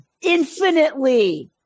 infinitely